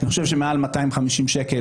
אני חושב שמעל 250 שקל